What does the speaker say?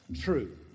true